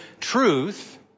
truth